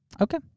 Okay